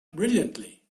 brilliantly